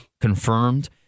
confirmed